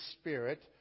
Spirit